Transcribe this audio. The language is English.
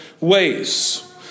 ways